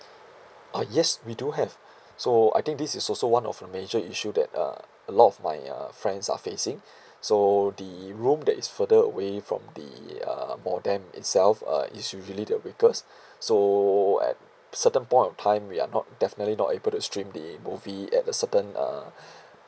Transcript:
ah yes we do have so I think this is also one of the major issue that uh a lot of my uh friends are facing so the room that is further away from the uh modem itself uh is really the weakest so at certain point of time we are not definitely not able to stream the movie at a certain uh